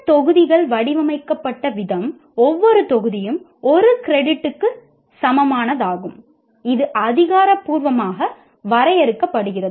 இந்த தொகுதிகள் வடிவமைக்கப்பட்ட விதம் ஒவ்வொரு தொகுதியும் 1 கிரெடிட்டுக்கு சமமானதாகும் இது அதிகாரப்பூர்வமாக வரையறுக்கப்படுகிறது